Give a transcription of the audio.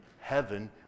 heaven